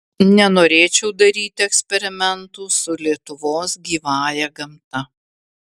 nenorėčiau daryti eksperimentų su lietuvos gyvąja gamta